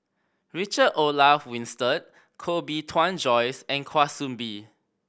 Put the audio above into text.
Richard Olaf Winstedt Koh Bee Tuan Joyce and Kwa Soon Bee